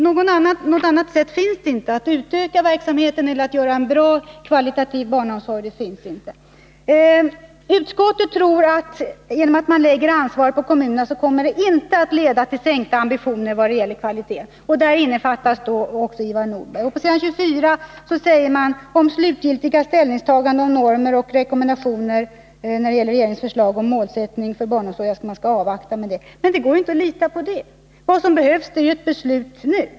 Något annat sätt finns inte för att utöka verksamheten eller åstadkomma en kvalitativt barnomsorg. Utskottet tror att genom att ansvaret läggs på kommunerna kommer det inte att bli sänkta ambitioner beträffande kvaliteten. Det anser också Ivar Nordberg. Utskottet säger vidare att man skall avvakta med det slutgiltiga ställningstagandet till normer och rekommendationer i fråga om regeringens förslag till målsättning för barnomsorgen. Men det går ju inte att lita på det. Vad som behövs är ett beslut nu.